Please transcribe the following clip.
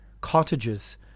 cottages